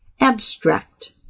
Abstract